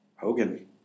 Hogan